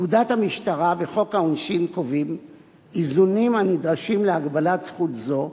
פקודת המשטרה וחוק העונשין קובעים איזונים הנדרשים להגבלת זכות זו,